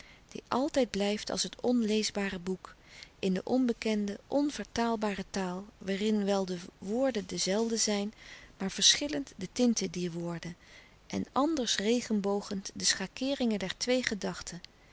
die altijd blijft als het onleesbare boek in de onbekende onvertaalbare taal waarin wel de woor den de zelfde zijn maar verschillend de tinten dier woorden en anders regenbogend de schakeeringen der twee gedachten